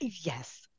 Yes